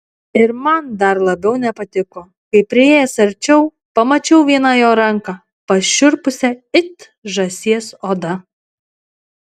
ir man dar labiau nepatiko kai priėjęs arčiau pamačiau vieną jo ranką pašiurpusią it žąsies oda